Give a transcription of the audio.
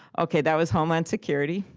okay, that was homeland security,